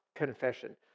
confession